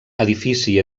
edifici